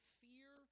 fear